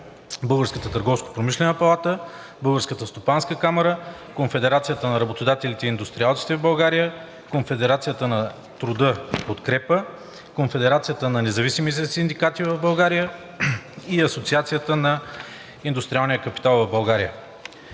Българската търговско-промишлена палата, Българската стопанска камара, Конфедерацията на работодателите и индустриалците в България, Конфедерацията на труда „Подкрепа“, Конфедерацията на независимите синдикати в България и Асоциацията на индустриалния капитал в България.